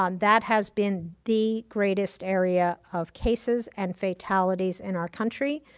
um that has been the greatest area of cases and fatalities in our country.